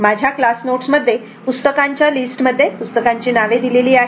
माझ्या class notes मध्ये पुस्तकांच्या लिस्टमध्ये पुस्तकांची नावे दिलेली आहेत